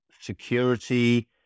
security